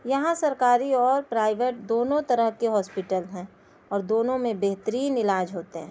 یہاں سرکاری اور پرائیویٹ دونوں طرح کے ہاسپیٹل ہیں اور دونوں میں بہترین علاج ہوتے ہیں